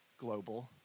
global